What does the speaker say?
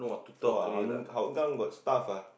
[wah] Ang~ Hougang got stuff ah